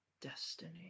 destiny